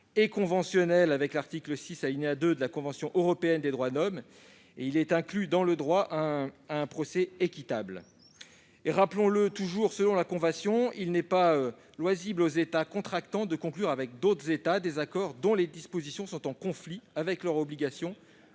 et conventionnelle, avec l'article 6 alinéa 2 de la Convention européenne des droits de l'homme. Est également inclus le droit à un procès équitable. Rappelons-le, il n'est pas loisible aux États contractants de conclure avec d'autres États des accords dont les dispositions sont en conflit avec leurs obligations